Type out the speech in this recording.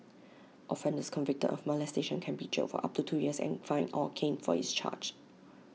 offenders convicted of molestation can be jailed for up to two years and fined or caned for each charge